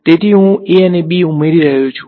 તેથી હું a અને b ઉમેરી રહ્યો છું